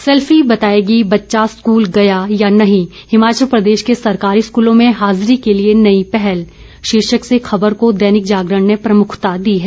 selfie बताएगी बच्चा school गया या नहीं हिमाचल प्रदेश के सरकारी स्कूलों में हाजिरी के लिए नई पहल शीर्षक से खबर को दैनिक जागरण ने प्रमुखता दी है